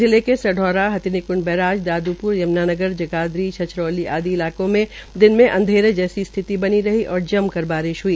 जिले के सढौरा हथिनीक्ंड बैराज दादूप्र यमुनानगर जगाधरी छछरौली आदि इलाकों मे दिन के अंधेरे जैसी स्थिति बनी रही और जम कर बारिश हई